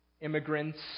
immigrants